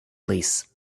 lace